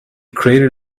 created